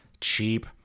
cheap